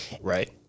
right